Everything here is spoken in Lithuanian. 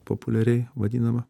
populiariai vadinama